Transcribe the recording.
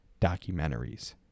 documentaries